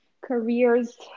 careers